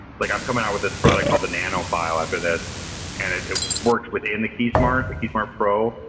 like, i'm coming out with this product called the nanofile after this and it works within the keysmart, the keysmart pro,